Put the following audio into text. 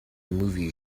movie